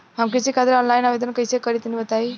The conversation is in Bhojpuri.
हम कृषि खातिर आनलाइन आवेदन कइसे करि तनि बताई?